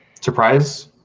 Surprise